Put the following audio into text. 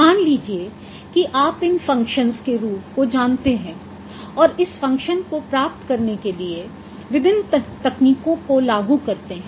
मान लीजिए कि आप इन फ़ंक्शन्स के रूप को जानते हैं और इस फ़ंक्शन को प्राप्त करने के लिए विभिन्न तकनीकों को लागू करते हैं